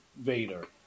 Vader